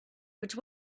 which